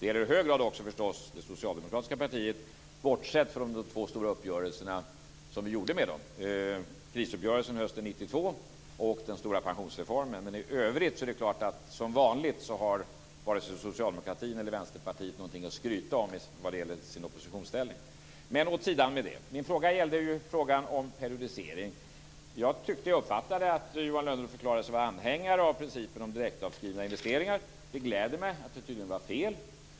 Det gäller i hög grad också det socialdemokratiska partiet, bortsett från de två stora uppgörelser som vi gjorde med socialdemokraterna. Det gällde krisuppgörelsen hösten 1992 och den stora pensionsreformen. I övrigt har som vanligt varken Socialdemokraterna eller Vänsterpartiet något att skryta om när det gäller sin oppositionsställning. Men åt sidan med det. Min fråga gällde periodiseringen. Jag tyckte att jag uppfattade att Johan Lönnroth förklarade sig vara anhängare av principen om direktavskrivna investeringar. Det gläder mig att det tydligen var fel.